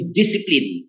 discipline